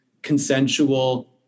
consensual